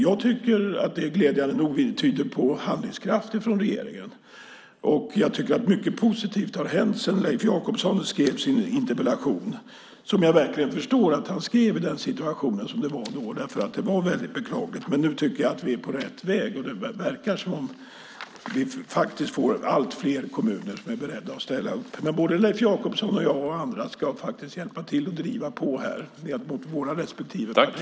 Jag tycker att det glädjande nog tyder på handlingskraft från regeringen. Jag tycker att mycket positivt har hänt sedan Leif Jakobsson skrev sin interpellation. Jag förstår verkligen att han skrev den i den situation som då var, för det var väldigt beklagligt. Men nu tycker jag att vi är på rätt väg, och det verkar som att vi faktiskt får allt fler kommuner som är beredda att ställa upp. Men både Leif Jakobsson och jag och andra ska hjälpa till och driva på gentemot våra respektive partier.